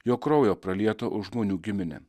jo kraujo pralieto už žmonių giminę